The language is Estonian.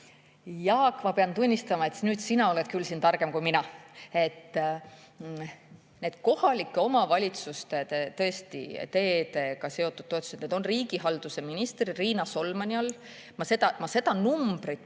Jaak! Ma pean tunnistama, et sina oled küll siin targem kui mina. Need kohalike omavalitsuste, tõesti, teedega seotud toetused, on riigihalduse ministri Riina Solmani [valdkond]. Ma seda numbrit